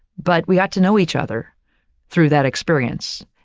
but we got to know each other through that experience,